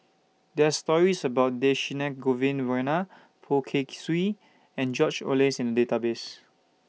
there're stories about Dhershini Govin Winodan Poh Kay Swee and George Oehlers in Database